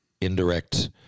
indirect